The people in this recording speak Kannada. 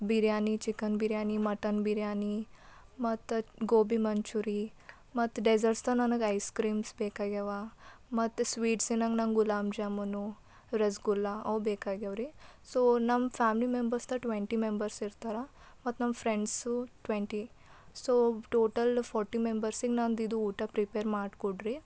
ಬಿರ್ಯಾನಿ ಚಿಕನ್ ಬಿರ್ಯಾನಿ ಮಟನ್ ಬಿರ್ಯಾನಿ ಮತ್ತು ಗೋಬಿ ಮಂಚೂರಿ ಮತ್ತು ಡೆಸರ್ಟ್ಸ್ ತೊ ನನಗೆ ಐಸ್ ಕ್ರೀಮ್ಸ್ ಬೇಕಾಗ್ಯವ ಮತ್ತು ಸ್ವೀಟ್ಸಿನಂಗೆ ನಂಗೆ ಗುಲಾಬ್ ಜಾಮೂನು ರಸಗುಲ್ಲಾ ಅವು ಬೇಕಾಗ್ಯವ್ರಿ ಸೊ ನಮ್ಮ ಫ್ಯಾಮ್ಲಿ ಮೆಂಬರ್ಸ್ ತ ಟ್ವೆಂಟಿ ಮೆಂಬರ್ಸ್ ಇರ್ತಾರೆ ಮತ್ತು ನಮ್ಮ friends twenty so total forty ಮೆಂಬರ್ಸಿಗೆ ನಂದಿದು ಊಟ ಪ್ರಿಪೇರ್ ಮಾಡಿಕೊಡ್ರಿ